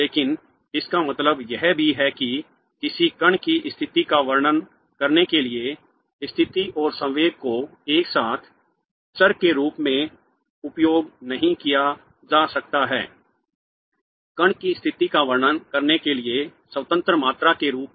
लेकिन इसका मतलब यह भी है कि किसी कण की स्थिति का वर्णन करने के लिए स्थिति और संवेग को एक साथ चर के रूप में उपयोग नहीं किया जा सकता है कण की स्थिति का वर्णन करने के लिए स्वतंत्र मात्रा के रूप में